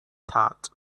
thought